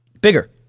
Bigger